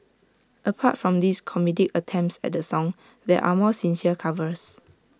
apart from these comedic attempts at the song there are more sincere covers